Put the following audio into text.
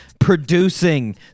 producing